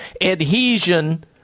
adhesion